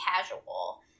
casual